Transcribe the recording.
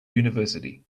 university